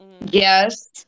Yes